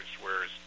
whereas